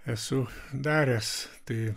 esu daręs tai